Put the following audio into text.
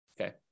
Okay